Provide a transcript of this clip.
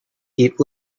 eat